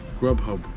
Grubhub